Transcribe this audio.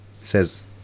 says